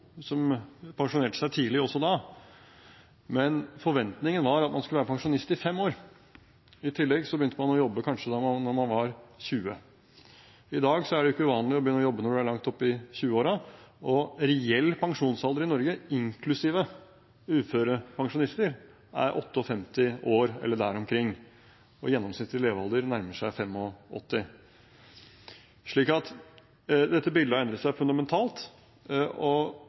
som pensjonerte seg tidlig også da, men forventningen var at man skulle være pensjonist i fem år. I tillegg begynte man kanskje å jobbe når man var 20 år. I dag er det ikke uvanlig å begynne å jobbe når man er langt oppi 20-årene. Reell pensjonsalder i Norge, inklusiv uførepensjonister, er 58 år, eller der omkring, og gjennomsnittlig levealder nærmer seg 85 år. Dette bildet har endret seg fundamentalt, og